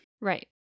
Right